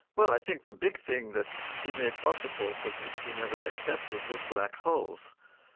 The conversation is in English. well, i think the big thing that he made possible, but which he never accepted, was black holes.